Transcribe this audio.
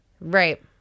Right